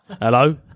Hello